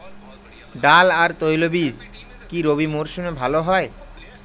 ডাল আর তৈলবীজ কি রবি মরশুমে ভালো হয়?